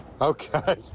okay